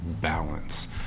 balance